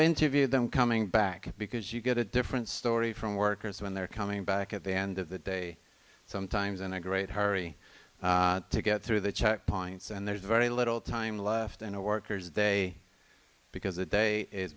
interview them coming back because you get a different story from workers when they're coming back at the end of the day sometimes in a great hurry to get through the checkpoints and there's very little time left in a worker's day because the day i